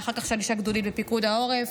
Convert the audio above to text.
ואחר כך שלישה גדודית בפיקוד העורף.